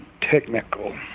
technical